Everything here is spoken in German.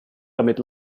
damit